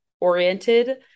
oriented